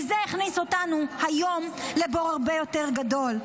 וזה הכניס אותנו היום לבור הרבה יותר גדול.